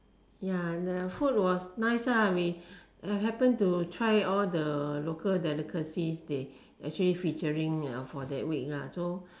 ya the food was nice lah we happen to try all the local delicacies they actually featuring for that week so